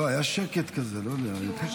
לא, היה שקט כזה, לא יודע.